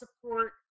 support